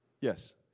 Yes